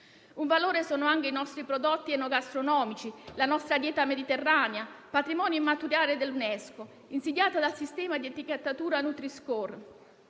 Un valore sono anche i nostri prodotti enogastronomici e la nostra dieta mediterranea, patrimonio immateriale dell'UNESCO, insidiata dal sistema di etichettatura Nutri-Score,